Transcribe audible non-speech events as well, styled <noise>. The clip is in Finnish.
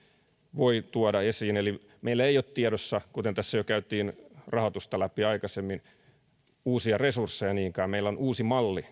voi tuoda esiin eli meillä ei ole tiedossa kuten tässä jo käytiin rahoitusta läpi aikaisemmin niinkään uusia resursseja meillä on tiedossa uusi malli <unintelligible>